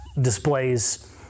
displays